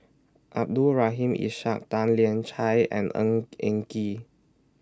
Abdul Rahim Ishak Tan Lian Chye and Ng Eng Kee